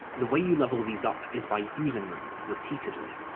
the way you level these up is by using them. repeatedly.